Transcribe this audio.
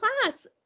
class